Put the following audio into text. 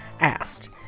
asked